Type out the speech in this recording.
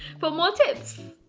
for more tips!